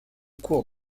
cours